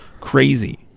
Crazy